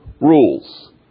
rules